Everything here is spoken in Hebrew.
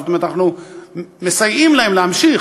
זאת אומרת, אנחנו מסייעים להם להמשיך.